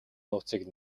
нууцыг